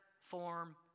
form